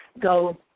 go